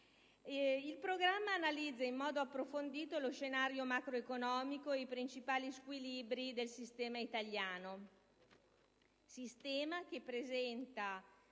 Il Programma analizza in modo approfondito lo scenario macroeconomico e i principali squilibri del sistema italiano, sistema che presenta